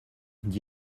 dit